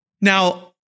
Now-